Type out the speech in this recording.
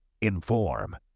Inform